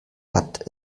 hat